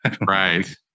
Right